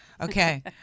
Okay